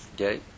Okay